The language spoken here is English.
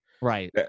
Right